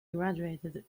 graduated